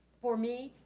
for me,